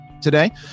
today